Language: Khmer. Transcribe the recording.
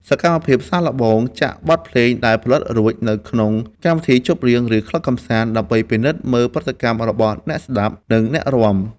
សកម្មភាពសាកល្បងចាក់បទភ្លេងដែលផលិតរួច នៅក្នុងកម្មវិធីជប់លៀង ឬក្លឹបកម្សាន្ត ដើម្បីពិនិត្យមើលប្រតិកម្មរបស់អ្នកស្ដាប់ និងអ្នករាំ។